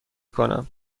کنم